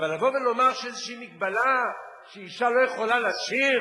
אבל לבוא ולומר שיש איזו מגבלה שאשה לא יכולה לשיר,